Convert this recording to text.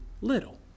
little